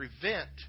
prevent